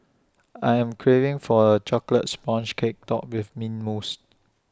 I am craving for A Chocolate Sponge Cake Topped with Mint Mousse